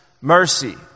mercy